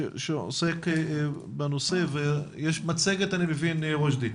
שעוסק בנושא ויש מצגת אני מבין, וג'די.